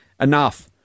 enough